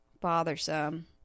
bothersome